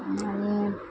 आणि आणि